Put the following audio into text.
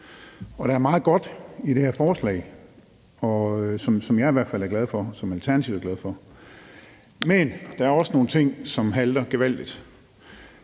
Der er meget godt i det her forslag, som jeg i hvert fald er glad for, og som Alternativet er glad for. Men der er også nogle ting, som halter gevaldigt.